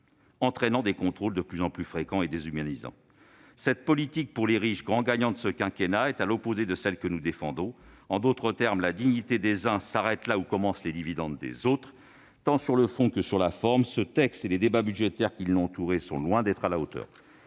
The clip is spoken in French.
subissent des contrôles de plus en plus fréquents et déshumanisants. Cette politique pour les riches, grands gagnants de ce quinquennat, est à l'opposé de celle que nous défendons. En d'autres termes, la dignité des uns s'arrête là où commencent les dividendes des autres ... Tant sur le fond que sur la forme, ce texte et les débats budgétaires qui l'ont entouré sont loin d'être à la hauteur.